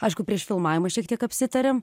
aišku prieš filmavimą šiek tiek apsitariam